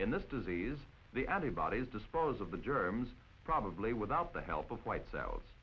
in this disease the other bodies dispose of the germs probably without the help of white cells